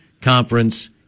conference